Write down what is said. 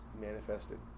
manifested